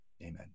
amen